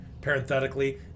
Parenthetically